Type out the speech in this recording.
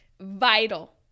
Vital